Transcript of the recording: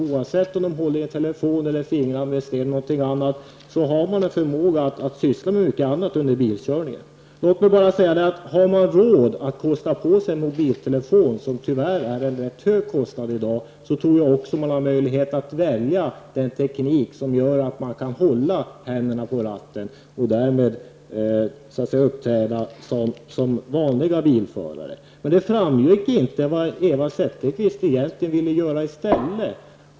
Oavsett om de håller i en telefon eller fingrar på stereon eller något annat så har de en förmåga att syssla med mycket annat under bilkörningen. Låt mig bara säga att om man har råd att kosta på sig en mobiltelefon, som tyvärr är ganska dyr, tror vi att man även har möjlighet att välja den teknik som gör att man kan hålla händerna på ratten och därmed uppträda som vanliga bilförare. Men det framgick inte vad Eva Zetterberg egentligen ville göra i stället.